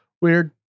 Weird